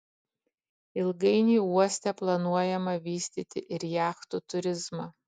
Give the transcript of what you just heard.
ilgainiui uoste planuojama vystyti ir jachtų turizmą